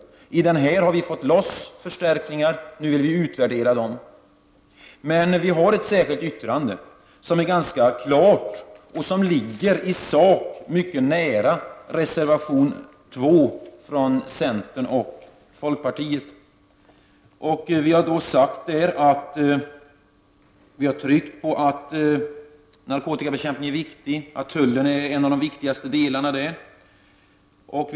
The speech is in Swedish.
När det gäller denna fråga har vi fått loss förstärkningar, och nu vill vi utvärdera dem. Vpk har emellertid fogat ett särskilt yttrande till betänkandet. Detta är ganska klart, och i sak ligger det mycket nära reservation 2 från centern och folkpartiet. I det särskilda yttrandet har vi i vpk tryckt på att narkotikabekämpningen är angelägen och att tullen är en av de viktigaste delarna i detta sammanhang.